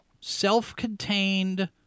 self-contained